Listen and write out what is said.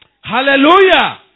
Hallelujah